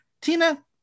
Tina